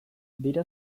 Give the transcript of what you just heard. dira